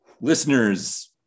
listeners